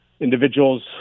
individuals